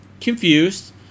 confused